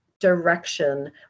direction